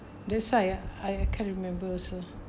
that's why ah I can't remember also